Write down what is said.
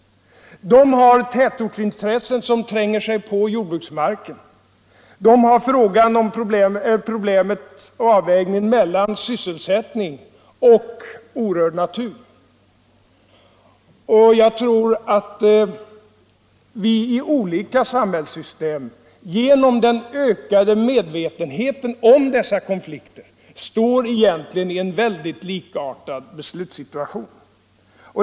De har tätortsintressen som tränger sig på och vill ta jordbruksmarken i anspråk. De har problemet med avvägning mellan sysselsättning och orörd natur. Jag tror att vi i olika samhällssystem genom den ökade medvetenheten om dessa konflikter egentligen står i en mycket likartad beslutssituation.